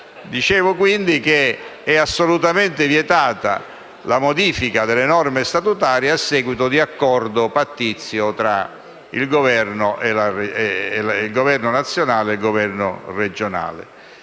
Dicevo quindi che è assolutamente vietata la modifica delle norme statutarie a seguito di accordo pattizio tra il Governo nazionale e quello regionale.